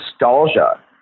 nostalgia